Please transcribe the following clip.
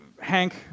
Hank